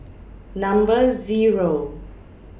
Number Zero